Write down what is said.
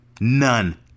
None